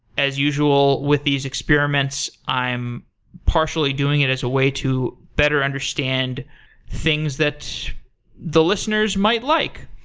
as usual, with these experiments, i'm partially doing it as a way to better understand things that the listeners might like.